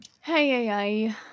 Hey